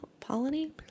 Polony